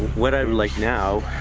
what i'd like now,